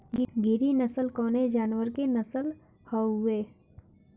गिरी नश्ल कवने जानवर के नस्ल हयुवे?